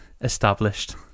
Established